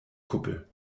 kuppel